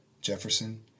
Jefferson